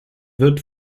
wird